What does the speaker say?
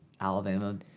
alabama